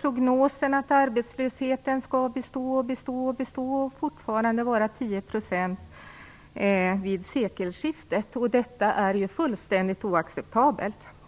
prognoser är att arbetslösheten skall bestå och bestå och att den fortfarande skall vara 10 % vid sekelskiftet. Detta är helt oacceptabelt.